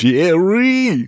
Jerry